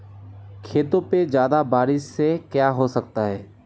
खेतों पे ज्यादा बारिश से क्या हो सकता है?